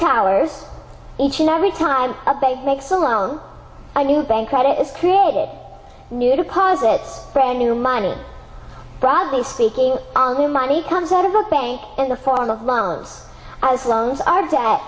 powers each and every time a bank makes a loan a new bank credit is created new deposit brand new money broadly speaking on the money comes out of a bank in the form of loans as loans are that